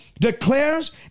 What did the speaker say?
declares